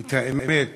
את האמת,